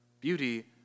Beauty